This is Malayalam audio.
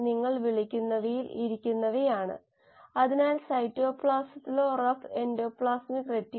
നമുക്ക് അവയെ നിയന്ത്രണ വേരിയബിളായും ഉപയോഗിക്കാം തുടങ്ങിയവയാണ് നമ്മൾ കണ്ടത്